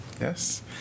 Yes